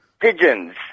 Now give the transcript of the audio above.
pigeons